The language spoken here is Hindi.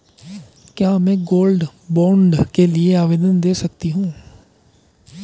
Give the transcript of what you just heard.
क्या मैं गोल्ड बॉन्ड के लिए आवेदन दे सकती हूँ?